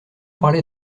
parler